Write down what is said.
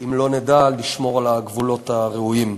אם לא נדע לשמור על הגבולות הראויים.